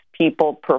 people